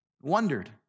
wondered